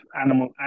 animal